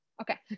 Okay